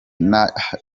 nabashije